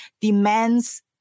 demands